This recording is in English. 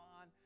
on